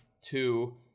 two